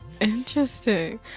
Interesting